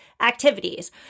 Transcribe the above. activities